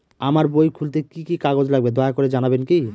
আমার বই খুলতে কি কি কাগজ লাগবে দয়া করে জানাবেন কি?